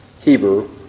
Hebrew